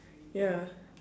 ya